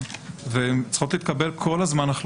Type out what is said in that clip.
וההחלטות האלה צריכות להתקבל כל הזמן.